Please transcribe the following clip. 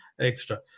extra